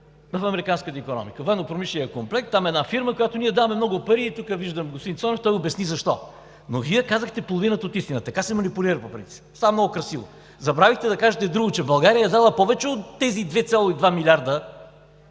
в американската икономика, военнопромишления комплекс, там една фирма, на която ние даваме много пари?“ Тук виждам господин Цонев и той обясни защо. Но Вие казахте половината от истината – така се манипулира по принцип, става много красиво. Забравихте да кажете друго – че България е дала повече от тези 2,2 млрд.